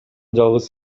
жалгыз